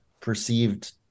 perceived